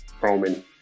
Roman